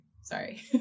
sorry